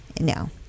no